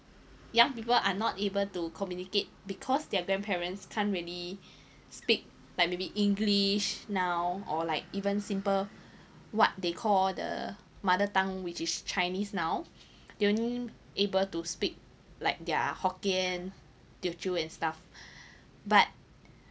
young people are not able to communicate because their grandparents can't really speak like maybe english now or like even simple what they call the mother tongue which is chinese now they only able to speak like their hokkien teochew and stuff but